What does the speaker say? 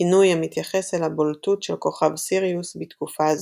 כינוי המתייחס אל הבולטות של כוכב סיריוס בתקופה זו.